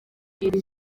iri